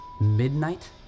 midnight